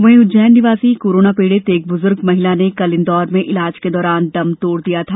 वही उज्जैन निवासी कोरोना पीडित एक ब्रजुर्ग महिला ने कल इंदौर में इलाज के दौरान दम तोड़ दिया था